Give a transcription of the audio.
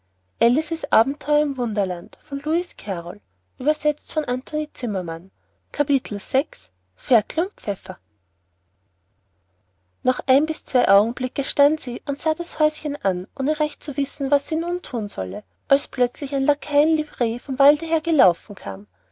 und pfeffer noch ein bis zwei augenblicke stand sie und sah das häuschen an ohne recht zu wissen was sie nun thun solle als plötzlich ein lackei in livree vom walde her gelaufen kam